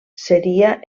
seria